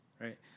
right